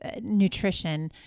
nutrition